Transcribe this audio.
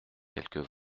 quelques